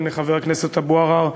חבר הכנסת אבו עראר,